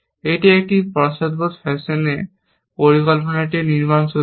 এটি একটি পশ্চাদপদ ফ্যাশনে পরিকল্পনাটিও নির্মাণ শুরু করে